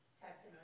testimony